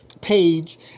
page